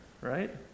right